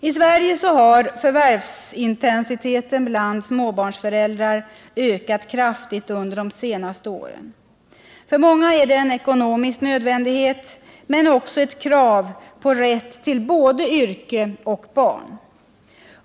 I Sverige har förvärvsintensiteten bland småbarnsföräldrar ökat kraftigt under de senaste åren. För många är det en ekonomisk nödvändighet, men också ett krav på rätt till både yrke och barn.